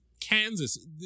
Kansas